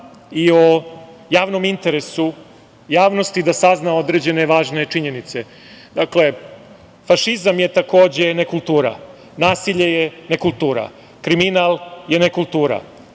i o javnom interesu javnosti da sazna određene važne činjenice. Dakle, fašizam je takođe nekultura. Nasilje je nekultura. Kriminal je nekultura.